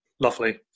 Lovely